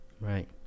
Right